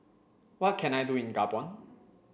what can I do in Gabon